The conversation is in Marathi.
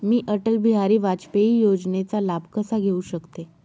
मी अटल बिहारी वाजपेयी योजनेचा लाभ कसा घेऊ शकते?